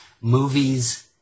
movies